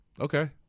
okay